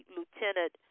Lieutenant